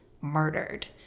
murdered